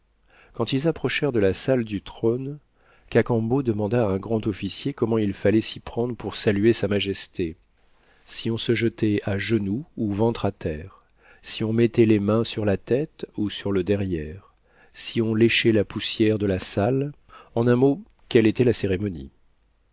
quand ils approchèrent de la salle du trône cacambo demanda à un grand officier comment il fallait s'y prendre pour saluer sa majesté si on se jetait à genoux ou ventre à terre si on mettait les mains sur la tête ou sur le derrière si on léchait la poussière de la salle en un mot quelle était la cérémonie